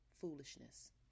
foolishness